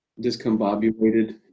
discombobulated